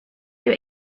your